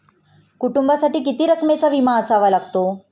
कुटुंबासाठी किती रकमेचा विमा असावा लागतो?